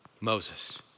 Moses